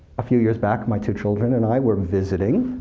a few years back, my two children and i were visiting,